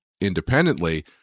independently